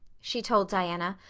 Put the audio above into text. she told diana,